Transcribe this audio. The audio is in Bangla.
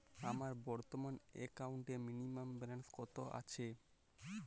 আমার বর্তমান একাউন্টে মিনিমাম ব্যালেন্স কত আছে?